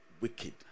wicked